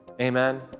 Amen